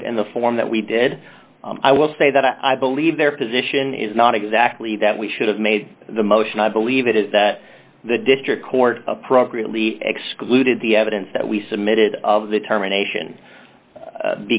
do it in the form that we did i will say that i believe their position is not exactly that we should have made the motion i believe it is that the district court appropriately excluded the evidence that we submitted of the termination